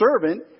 servant